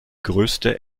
größte